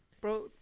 bro